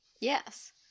Yes